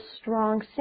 strong